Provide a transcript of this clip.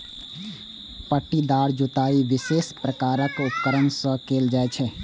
पट्टीदार जुताइ विशेष प्रकारक उपकरण सं कैल जाइ छै